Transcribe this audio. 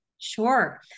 Sure